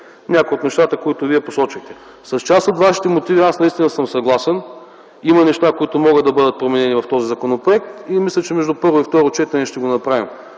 някои от нещата, които Вие посочихте. С част от Вашите мотиви аз наистина съм съгласен. Има неща, които могат да бъдат променени в този законопроект и мисля, че между първо и второ четене ще го направим,